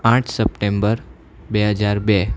આઠ સપ્ટેમ્બર બે હજાર બે